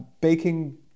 baking